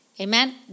Amen